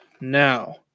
Now